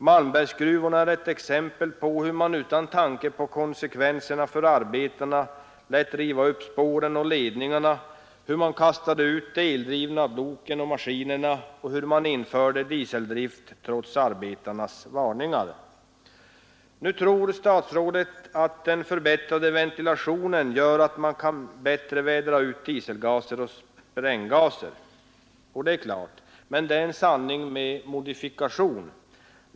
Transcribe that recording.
Malmbergsgruvorna är ett exempel på hur man utan tanke på konsekvenserna för arbetarna lät riva upp spåren och ledningarna, hur man kastade ut de eldrivna loken och maskinerna och införde dieseldrift trots arbetarnas varningar. Statsrådet tror att den förbättrade ventilationen gör att man kan bättre vädra ut dieselgaser och spränggaser. Det är klart, men det är en sanning med modifikation.